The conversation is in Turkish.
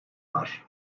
var